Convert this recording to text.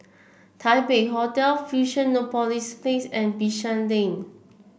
Taipei Hotel Fusionopolis Place and Bishan Lane